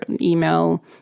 email